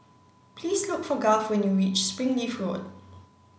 please look for Garth when you reach Springleaf Road